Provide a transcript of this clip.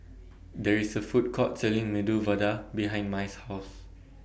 There IS A Food Court Selling Medu Vada behind Mai's House